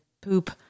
poop